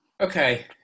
Okay